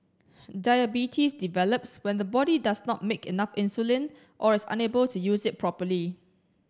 diabetes develops when the body does not make enough insulin or is unable to use it properly